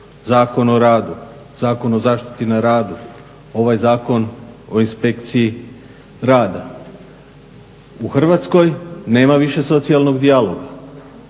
Zakon o radu, Zakon o zaštiti na radu, ovaj Zakon o inspekciji rada. U Hrvatskoj nema više socijalnog dijaloga.